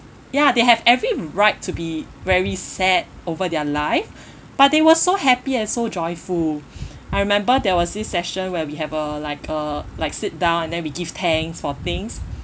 ya they have every right to be very sad over their life but they were so happy and so joyful I remember there was this session where we have a like a like sit down and then we give thanks for things